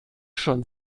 schon